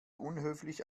unhöflich